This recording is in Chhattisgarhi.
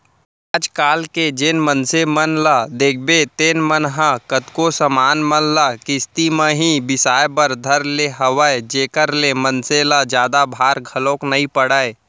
आज कल जेन मनसे मन ल देखबे तेन मन ह कतको समान मन ल किस्ती म ही बिसाय बर धर ले हवय जेखर ले मनसे ल जादा भार घलोक नइ पड़य